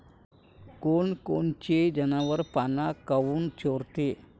कोनकोनचे जनावरं पाना काऊन चोरते?